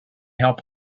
help